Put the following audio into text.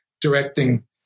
directing